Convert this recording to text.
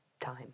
time